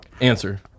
Answer